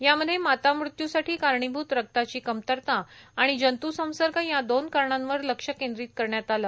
यामध्ये माता मृत्यूसाठी कारणीभूत रक्ताची कमतरता आणि जंत्संसर्ग या दोन कारणावर लक्ष केंद्रित करण्यात आलं